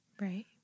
right